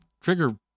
trigger